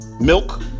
milk